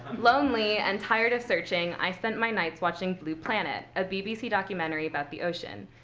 lonely and tired of searching, i spent my nights watching blue planet, a bbc documentary about the ocean.